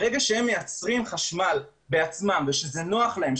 ברגע שהם מייצרים חשמל בעצמם וזה נוח להם,